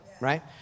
Right